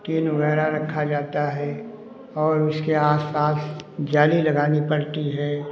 tin वगैरह रखा जाता है और उसके आस पास जाली लगानी पड़ती है